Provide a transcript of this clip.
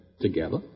together